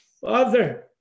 Father